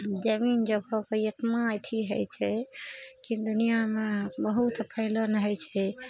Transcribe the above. जमीन जगहके एतना अथी होइ छै कि दुनियामे बहुत फैलन होइ छै